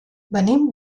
venim